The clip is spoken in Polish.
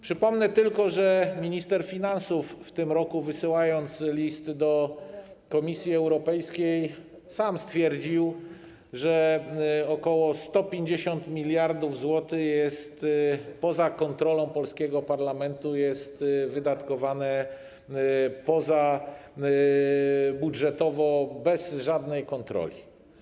Przypomnę tylko, że minister finansów, w tym roku wysyłając listy do Komisji Europejskiej, sam stwierdził, że ok. 150 mld zł jest poza kontrolą polskiego parlamentu, jest wydatkowane pozabudżetowo, bez żadnej kontroli.